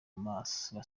maraso